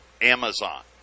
Amazon